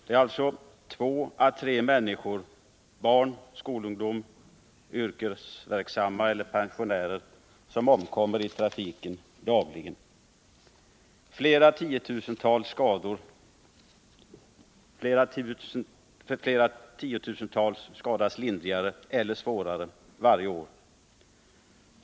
Det är alltså två å tre människor — barn, skolungdom, yrkesverksamma eller pensionärer — som dagligen omkommer i trafiken. Flera tiotusentals skadas lindrigare eller svårare varje år.